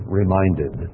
reminded